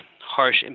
harsh